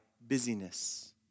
busyness